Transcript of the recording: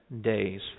days